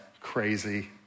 crazy